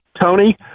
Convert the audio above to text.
Tony